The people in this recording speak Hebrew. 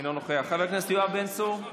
אינו נוכח, חבר הכנסת יואב בן צור,